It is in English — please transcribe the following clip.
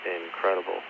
incredible